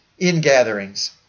ingatherings